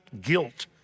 guilt